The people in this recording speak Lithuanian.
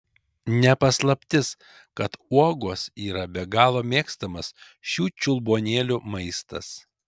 ne paslaptis kad uogos yra be galo mėgstamas šių čiulbuonėlių maistas